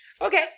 Okay